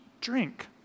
drink